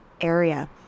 area